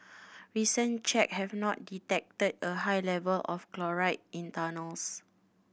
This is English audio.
recent check have not detected a high level of chloride in tunnels